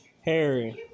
Harry